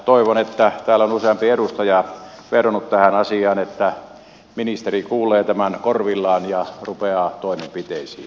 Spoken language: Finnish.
toivon täällä on useampi edustaja vedonnut tähän asiaan että ministeri kuulee tämän korvillaan ja rupeaa toimenpiteisiin